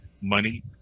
money